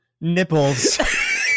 nipples